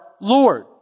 Lord